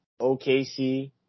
OKC